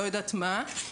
לא יודעת מה,